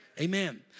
Amen